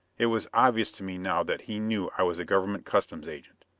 it was obvious to me now that he knew i was a government customs agent.